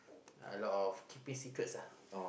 a lot of keeping secrets ah